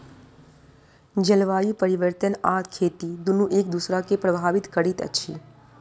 जलवायु परिवर्तन आ खेती दुनू एक दोसरा के प्रभावित करैत अछि